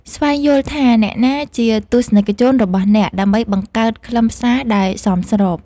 ស្វែងយល់ថាអ្នកណាជាទស្សនិកជនរបស់អ្នក ដើម្បីបង្កើតខ្លឹមសារដែលសមស្រប។